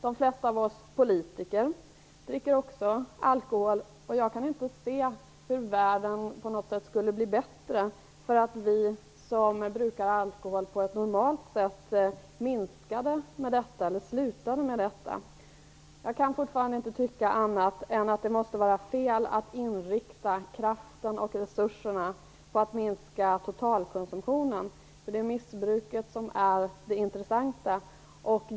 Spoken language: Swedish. De flesta av oss politiker dricker också alkohol. Jag kan inte se hur världen skulle bli bättre om vi som brukar alkohol på ett normalt sätt minskade vår konsumtion eller slutade. Jag kan inte tycka annat än att det måste vara fel att inrikta kraften och resurserna på att minska totalkonsumtionen, när det är missbruket som är det intressanta.